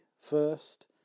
first